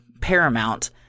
paramount